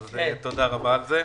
אז תודה רבה על זה.